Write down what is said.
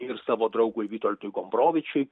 ir savo draugui vytautui gombrovičiui